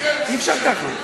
אי-אפשר ככה.